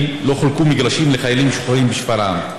לא חולקו מגרשים לחיילים משוחררים בשפרעם.